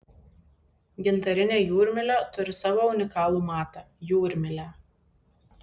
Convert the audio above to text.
gintarinė jūrmylė turi savo unikalų matą jūrmylę